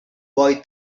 boy